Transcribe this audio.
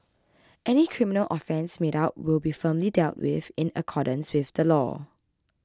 any criminal offence made out will be firmly dealt with in accordance with the law